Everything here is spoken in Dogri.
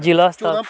जिला अस्पताल